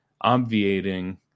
obviating